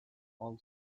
all